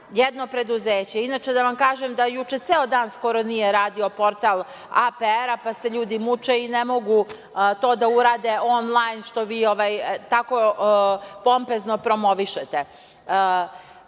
jedno preduzeće, inače, da vam kažem da juče skoro ceo dan nije radio portal APR-a, pa se ljudi muče i ne mogu to da urade onlajn, što tako pompezno promovišete. Dakle,